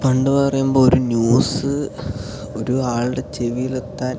പണ്ട് പറയുമ്പം ഒര് ന്യൂസ് ഒരു ആളുടെ ചെവിയിൽ എത്താൻ